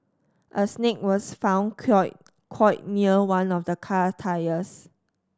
a snake was found coil coil near one of the car tyres